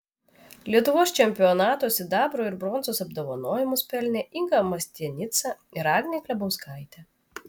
lietuvos čempionato sidabro ir bronzos apdovanojimus pelnė inga mastianica ir agnė klebauskaitė